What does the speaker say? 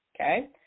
Okay